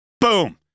Boom